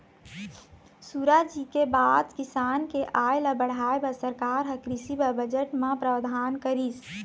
सुराजी के बाद किसान के आय ल बढ़ाय बर सरकार ह कृषि बर बजट म प्रावधान करिस